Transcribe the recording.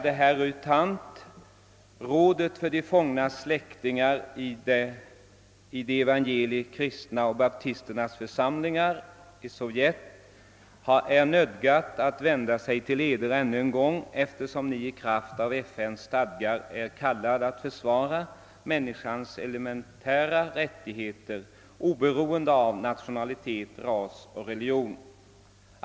Det heter: Rådet för de fångnas släktingar i de evangeliikristnas och baptisternas församlingar i SSSR är nödgat att vända sig till Eder ännu en gång, eftersom Ni i kraft av FN:s stadgar är kallad att försvara människans elementära rättigheter oberoende av nationalitet, ras och religion.